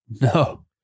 No